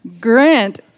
Grant